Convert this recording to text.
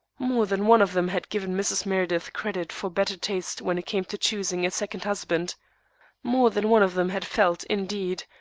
more than one of them had given mrs. meredith credit for better taste when it came to choosing a second husband more than one of them had felt, indeed,